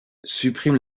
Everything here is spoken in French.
supprime